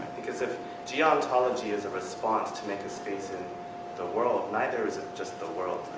because if geontology is a response to make a space in the world, neither is it just the world.